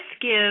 give